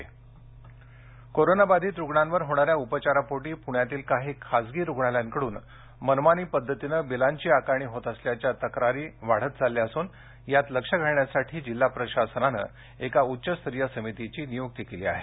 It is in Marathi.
खाजगी रूग्णालयांची मनमानी कोरोना बाधित रुग्णावर होणाऱ्या उपचारापोटी पुण्यातील काही खासगी रुग्णालयांकडून मनमानी पद्धतीनं बिलांची आकारणी होत असल्याच्या तक्रारी वाढत चालल्या असून या यात लक्ष घालण्यासाठी जिल्हा प्रशासनानं एका उच्चस्तरीय समितीची नियुक्ती केली आहे